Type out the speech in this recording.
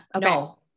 No